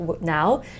now